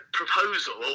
proposal